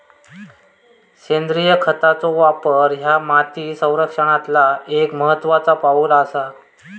सेंद्रिय खतांचो वापर ह्या माती संरक्षणातला एक महत्त्वाचा पाऊल आसा